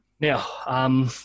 Now